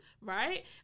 Right